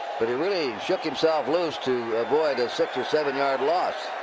but he really shook himself loose to avoid a six or seven yard loss.